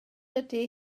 ydy